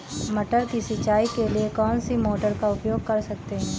मटर की सिंचाई के लिए कौन सी मोटर का उपयोग कर सकते हैं?